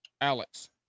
Alex